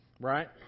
right